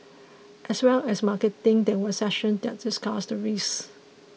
as well as marketing there were sessions that discussed the risks